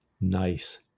Nice